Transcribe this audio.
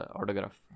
autograph